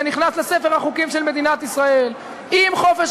זה נכנס לספר החוקים של מדינת ישראל עם חופש